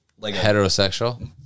Heterosexual